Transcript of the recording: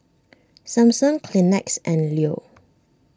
Samsung Kleenex and Leo